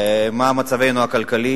מה מצבנו הכלכלי